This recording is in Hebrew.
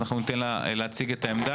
אז אנחנו ניתן לה להציג את העמדה,